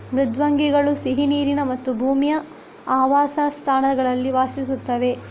ಮೃದ್ವಂಗಿಗಳು ಸಿಹಿ ನೀರಿನ ಮತ್ತು ಭೂಮಿಯ ಆವಾಸಸ್ಥಾನಗಳಲ್ಲಿ ವಾಸಿಸುತ್ತವೆ